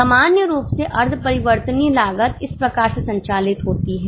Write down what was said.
सामान्य रूप से अर्ध परिवर्तनीय लागत इस प्रकार से संचालित होती है